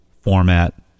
format